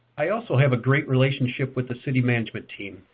i also have a great relationship with the city management team,